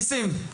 ניסים,